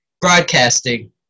broadcasting